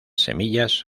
semillas